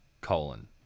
colon